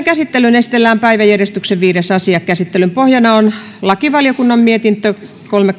käsittelyyn esitellään päiväjärjestyksen viides asia käsittelyn pohjana on lakivaliokunnan mietintö kolme